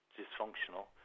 dysfunctional